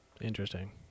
Interesting